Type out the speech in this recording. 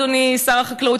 אדוני שר החקלאות,